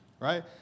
right